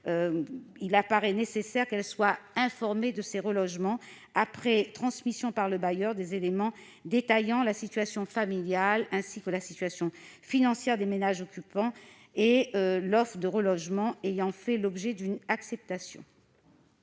Il apparaît néanmoins nécessaire qu'elle soit informée de ces relogements après transmission par le bailleur des éléments détaillant la situation familiale et financière des ménages occupants, ainsi que de l'offre de relogement ayant fait l'objet d'une acceptation.